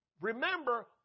Remember